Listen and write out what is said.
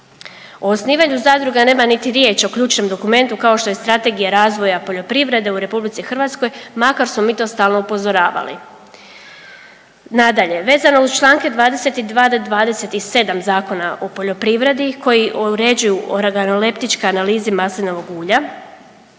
O osnivanju zadruga nema niti riječ o ključnom dokumentu kao što je Strategija razvoja poljoprivrede u RH makar smo mi to stalno upozoravali. Nadalje, vezano uz čl. 22. do 27. Zakona o poljoprivredi koji uređuju organoleptičke analize maslinovog ulja